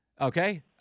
Okay